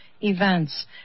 events